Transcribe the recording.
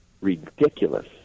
ridiculous